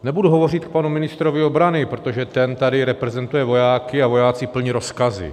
Nebudu hovořit k panu ministrovi obrany, protože ten tady reprezentuje vojáky a vojáci plní rozkazy.